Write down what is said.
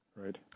Right